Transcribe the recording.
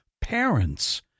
parents